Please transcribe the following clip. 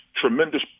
tremendous